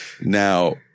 Now